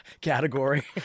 category